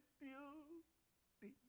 beauty